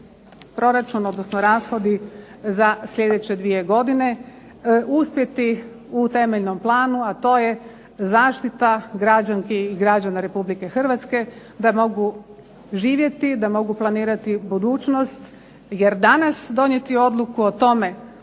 proračun, odnosno rashodi za sljedeće 2 godine uspjeti u temeljnom planu, a to je zaštita građanki i građana RH da mogu živjeti, da mogu planirati budućnost jer danas donijeti odluku o tome